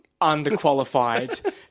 underqualified